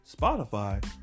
Spotify